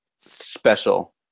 special